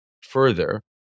further